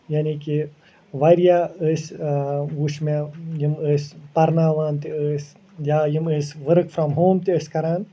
یعنی کہِ وارِیاہ ٲسۍ وٕچھ مےٚ یِم ٲسۍ پرناوان تہِ ٲسۍ یا یِم ٲسۍ ؤرک فرٛام ہوم تہِ ٲسۍ کَران